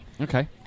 Okay